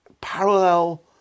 parallel